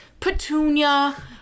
petunia